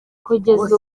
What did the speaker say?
kugeza